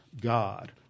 God